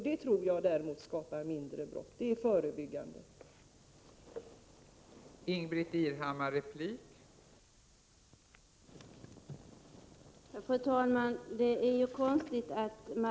Detta är nämligen brottsförebyggande arbete.